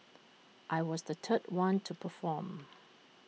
I was the third one to perform